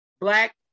black